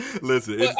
Listen